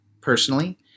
personally